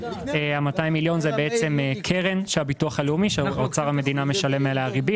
ה-200 מיליון זה קרן של הביטוח הלאומי שאוצר המדינה משלם עליה ריבית